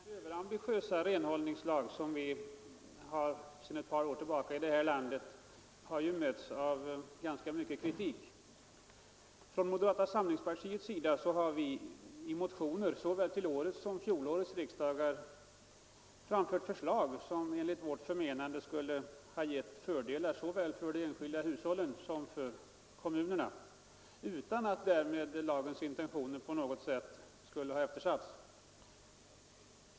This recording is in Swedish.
Herr talman! Den ambitiösa och kanske enligt mångas mening överambitiösa renhållningslag som vi sedan ett par år har här i landet har mötts av ganska stark kritik. Från moderata samlingspartiet har vi i motioner såväl till fjolårets som till årets riksdag framfört förslag som enligt vårt förmenande skulle innebära fördelar för de enskilda hushållen och även för kommunerna, utan att lagens intentioner därmed på något sätt skulle eftersättas.